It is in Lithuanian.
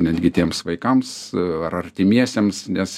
netgi tiems vaikams ar artimiesiems nes